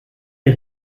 les